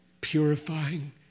purifying